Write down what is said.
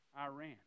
Iran